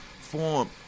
form